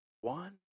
One